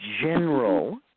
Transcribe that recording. general